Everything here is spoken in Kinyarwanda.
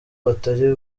batari